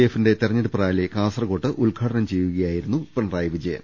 എഫിന്റെ തെരഞ്ഞെ ടുപ്പ് റാലി കാസർകോട് ഉദ്ഘാടനം ചെയ്ത് സംസാരിക്കുകയായിരുന്നു പിണറായി വിജയൻ